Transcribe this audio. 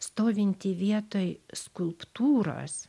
stovinti vietoj skulptūros